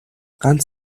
ганц